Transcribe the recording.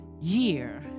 year